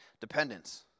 Dependence